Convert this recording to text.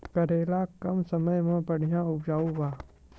करेला कम समय मे बढ़िया उपजाई बा?